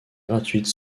gratuite